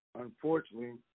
unfortunately